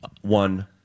one